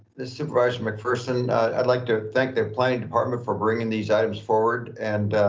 this is supervisor mcpherson, i'd like to thank their planning department for bringing these items forward. and